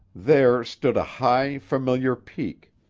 there stood a high, familiar peak,